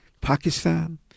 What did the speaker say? Pakistan